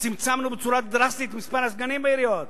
וצמצמנו בצורה דרסטית את מספר הסגנים בעיריות,